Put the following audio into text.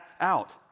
out